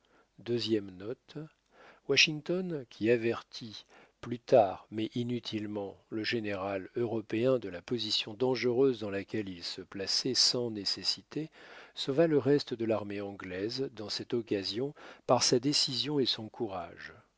washington qui avertit plus tard mais inutilement le général européen de la position dangereuse dans laquelle il se plaçait sans nécessité sauva le reste de l'armée anglaise dans cette occasion par sa décision et son courage